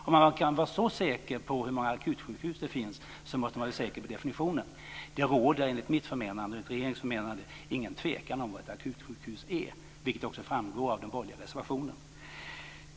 Om man kan vara så säker på hur många akutsjukhus det finns, måste man vara säker på definitionen. Enligt mitt och regeringens förmenande råder det ingen tvekan om vad ett akutsjukhus är, vilket också framgår av den borgerliga reservationen.